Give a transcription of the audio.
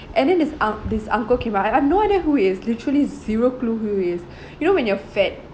and then this un~ this uncle came I I have no idea who he is literally zero clue who he is you know when you're fat